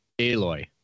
aloy